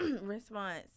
response